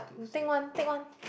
take one take one